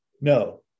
No